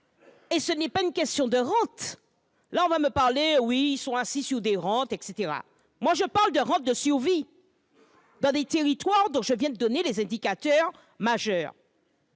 et ce n'est pas une question de rente. On va me dire qu'ils sont assis sur des rentes ... Mais moi je parle de rente de survie dans les territoires dont je viens de donner les indicateurs majeurs.